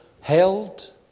held